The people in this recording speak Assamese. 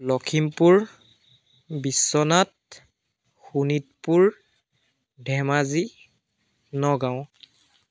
লখিমপুৰ বিশ্বনাথ শোণিতপুৰ ধেমাজি নগাঁও